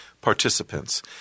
participants